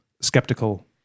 skeptical